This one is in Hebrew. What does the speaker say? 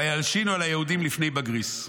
וילשינו על היהודים בפני בגריס.